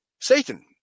Satan